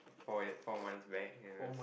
four four months back